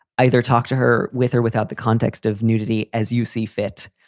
either talk to her with or without the context of nudity as you see fit.